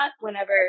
whenever